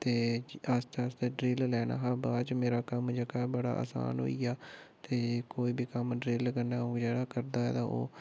ते आस्तै आस्तै ड्रिल लैना हा बाच मेरा कम्म जेह्का बड़ा आसान होइया ते कोई बी कम्म ड्रिल कन्नै ओह् जेह्ड़ा करदा ऐ ते ओह्